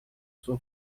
sua